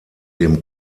dem